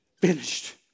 finished